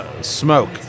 smoke